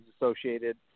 associated